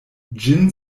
ĝin